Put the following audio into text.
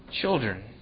children